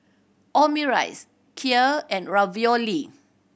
Omurice Kheer and Ravioli